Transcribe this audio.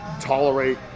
tolerate